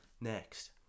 next